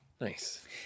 Nice